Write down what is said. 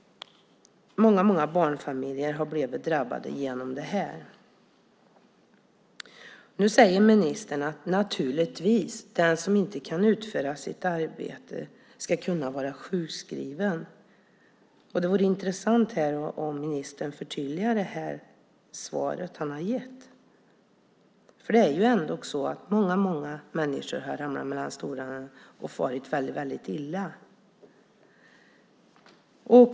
Många barnfamiljer har blivit drabbade genom detta. Nu säger ministern att den som inte kan utföra sitt arbete naturligtvis ska kunna vara sjukskriven. Det vore intressant om ministern här ville förtydliga det svar han har gett. Det är ändå så att många människor har ramlat mellan stolarna och farit väldigt illa.